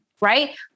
Right